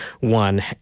one